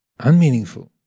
unmeaningful